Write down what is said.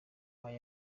ayo